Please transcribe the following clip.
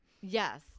Yes